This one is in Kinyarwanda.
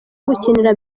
gukinira